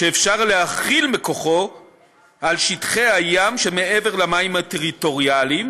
שאפשר להחיל מכוחו על שטחי הים שמעבר למים הטריטוריאליים,